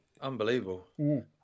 Unbelievable